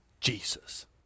Jesus